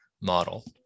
model